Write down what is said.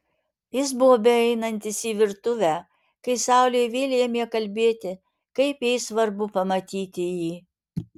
jis buvo beeinantis į virtuvę kai saulė vėl ėmė kalbėti kaip jai svarbu pamatyti jį